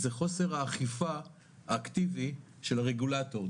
זה חוסר האכיפה האקטיבי של הרגולטור,